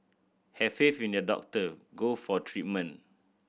have faith in your doctor go for treatment